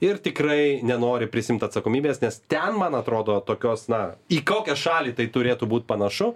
ir tikrai nenori prisiimt atsakomybės nes ten man atrodo tokios na į kokią šalį tai turėtų būt panašu